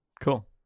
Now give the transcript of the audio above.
cool